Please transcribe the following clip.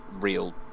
real